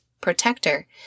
Protector